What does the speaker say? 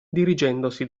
dirigendosi